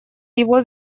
его